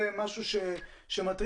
זה משהו שמטריד.